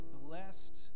blessed